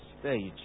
stage